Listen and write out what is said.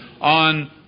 on